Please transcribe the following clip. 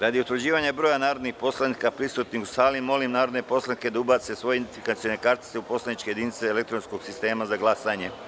Radi utvrđivanja broja narodnih poslanika prisutnih u sali, molim narodne poslanike da ubace svoje identifikacione kartice u poslaničke jedinice elektronskog sistema za glasanje.